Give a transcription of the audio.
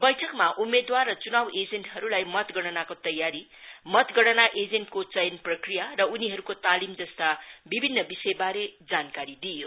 बैठकमा उम्मेदवार र चुनाव एजेन्टहरूलाई मतगणनाको तयारी मतगणना एजेन्टको चयन प्रक्रिया र उनीहरूको तालिम जस्ता विभिन्न विषयबारे जानकारी दिइयो